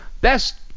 best